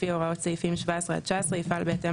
לפי הוראות סעיפים 17 עד 19 ,יפעל בהתאם